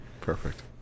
Perfect